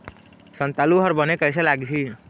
संतालु हर बने कैसे लागिही?